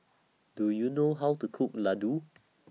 Do YOU know How to Cook Laddu